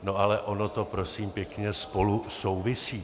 No ale ono to prosím pěkně spolu souvisí.